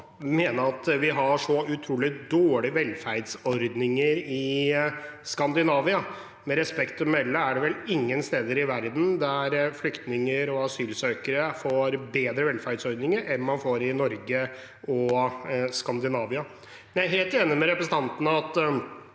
mene at vi har så utrolig dårlige velferdsordninger i Skandinavia. Med respekt å melde er det vel ingen steder i verden der flyktninger og asylsøkere får bedre velferdsordninger enn man får i Norge og Skandinavia. Jeg er helt enig med representanten i at